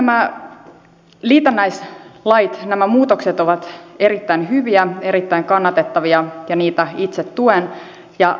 sinänsä nämä liitännäislait nämä muutokset ovat erittäin hyviä erittäin kannatettavia ja niitä itse tuen